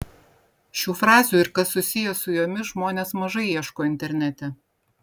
šių frazių ir kas susiję su jomis žmonės mažai ieško internete